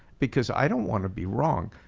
because i don't want to be wrong.